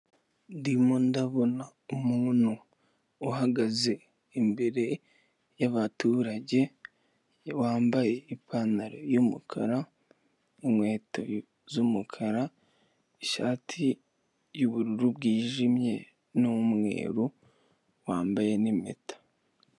Ndimo ndabona umuntu uhagaze imbere y'abaturage bambaye ipantaro y'umukara, inkweto z'umukara ishati y'ubururu bwijimye n'umweru wambaye n'impeta.